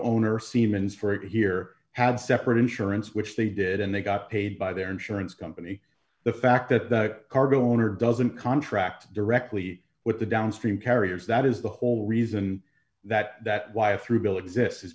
owner siemens for it here had separate insurance which they did and they got paid by their insurance company the fact that the cargo owner doesn't contract directly with the downstream carriers that is the whole reason that that was through bill exist